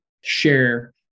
share